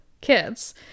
kids